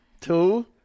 two